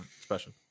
special